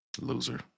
Loser